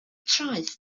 traeth